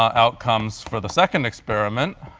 outcomes for the second experiment